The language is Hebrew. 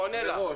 הוא עונה לך.